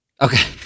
Okay